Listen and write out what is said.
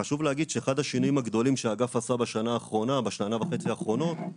חשוב להגיד שאחד השינויים הגדולים שהאגף עשה בשנה וחצי האחרונות,